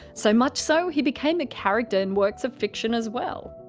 so much so, he became a character in works of fiction as well.